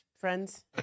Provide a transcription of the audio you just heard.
friends